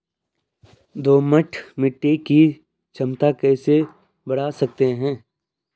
दोमट मिट्टी की क्षमता कैसे बड़ा सकते हैं?